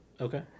Okay